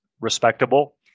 respectable